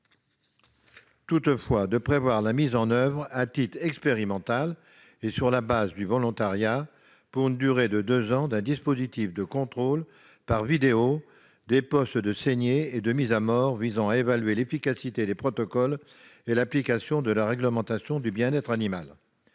contente de prévoir la mise en oeuvre, à titre expérimental et sur la base du volontariat, pour une durée de deux ans, d'un dispositif de contrôle par vidéo des postes de saignée et de mise à mort. Il s'agit d'évaluer l'efficacité des protocoles et l'application de la réglementation du bien-être animal.